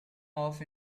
off